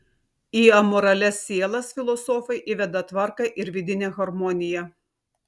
į amoralias sielas filosofai įveda tvarką ir vidinę harmoniją